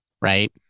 Right